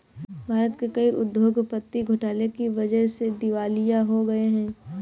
भारत के कई उद्योगपति घोटाले की वजह से दिवालिया हो गए हैं